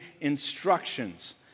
instructions